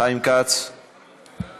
(תשלום גמלה לבני